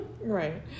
right